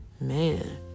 man